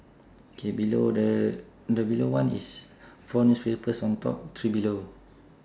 K below the the below one is four newspapers on top three below